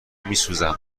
میسوزم